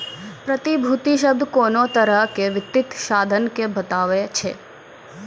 प्रतिभूति शब्द कोनो तरहो के वित्तीय साधन के बताबै छै